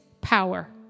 power